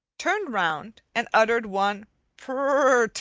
turned round and uttered one purr-t-t,